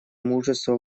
мужество